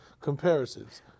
comparisons